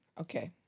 Okay